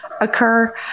occur